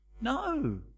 No